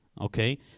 Okay